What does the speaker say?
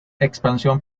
expansión